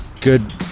good